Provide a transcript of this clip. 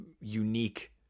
unique